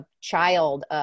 child